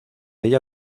ella